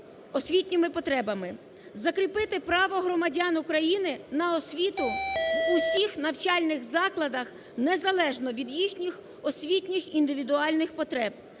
освітніми потребами", закріпити право громадян України на освіту в усіх навчальних закладах, незалежно від їхніх освітніх індивідуальних потреб;